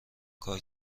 کار